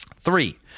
Three